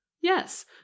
Yes